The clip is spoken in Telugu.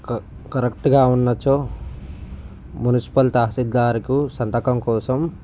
క కరెక్టుగా ఉన్నచో మున్సిపల్ తహసీల్ధార్ కు సంతకం కోసం